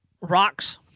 rocks